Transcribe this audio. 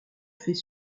fait